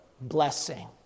blessing